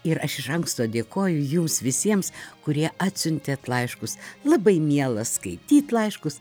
ir aš iš anksto dėkoju jums visiems kurie atsiuntėt laiškus labai miela skaityt laiškus